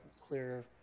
clear